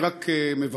אני רק מבקש,